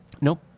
nope